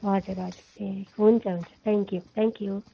हजुर हजुर ए हुन्छ हुन्छ थ्याङ्क यु थ्याङ्क यु